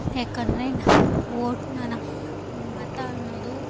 ಯಾಕೆಂದರೆ ವೋಟ್ನ ಮತ ಅನ್ನೋದು